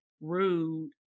rude